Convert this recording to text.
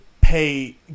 pay